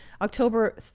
October